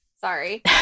Sorry